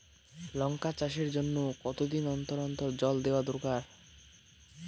লঙ্কা চাষের জন্যে কতদিন অন্তর অন্তর জল দেওয়া দরকার?